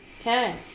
Okay